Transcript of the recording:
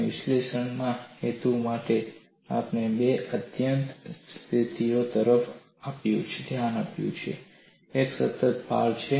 અને વિશ્લેષણના હેતુ માટે આપણે બે આત્યંતિક સ્થિતિઓ તરફ ધ્યાન આપ્યું છે એક સતત ભાર છે